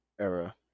era